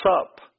up